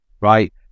right